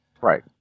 Right